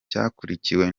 cyakurikiwe